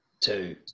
Two